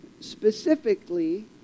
specifically